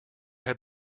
have